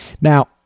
Now